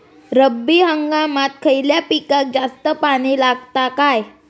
रब्बी हंगामात खयल्या पिकाक जास्त पाणी लागता काय?